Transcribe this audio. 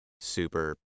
super